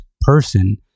person